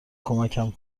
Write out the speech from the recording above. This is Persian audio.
کمکم